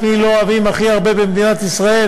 את מי הכי לא אוהבים במדינת ישראל?